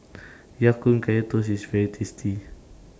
Ya Kun Kaya Toast IS very tasty